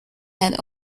had